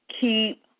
keep